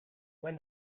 when